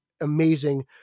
amazing